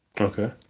Okay